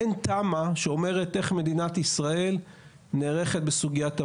אין תמ"א שאומרת איך מדינת ישראל נערכת בסוגיית המעברים,